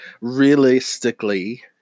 realistically